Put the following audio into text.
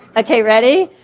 okay ready?